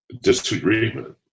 disagreement